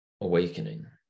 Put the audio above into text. awakening